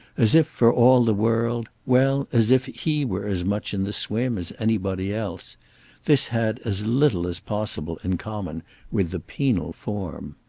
as if, for all the world well, as if he were as much in the swim as anybody else this had as little as possible in common with the penal form.